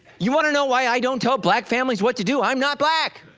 you wanna know why i don't tell black families what to do? i'm not black,